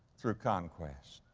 through conquest.